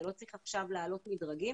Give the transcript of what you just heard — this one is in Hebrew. זה לא צריך עכשיו לעלות מדרגים,